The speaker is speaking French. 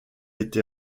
été